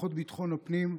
כוחות ביטחון הפנים,